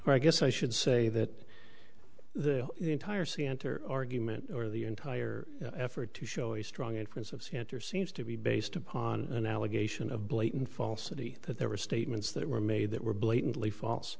or i guess i should say that the entire santer argument or the entire effort to show a strong inference of center seems to be based upon an allegation of blatant falsity that there were statements that were made that were blatantly false